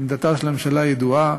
עמדתה של הממשלה ידועה